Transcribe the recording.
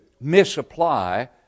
misapply